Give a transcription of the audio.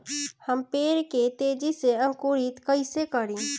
हम पेड़ के तेजी से अंकुरित कईसे करि?